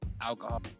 alcohol